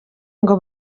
ngo